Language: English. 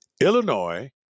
Illinois